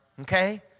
okay